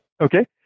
Okay